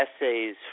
essays